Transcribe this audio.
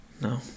No